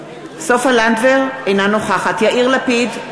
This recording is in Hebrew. אינה נוכחת יאיר לפיד,